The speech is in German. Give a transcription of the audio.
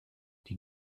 die